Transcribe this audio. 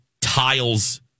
tiles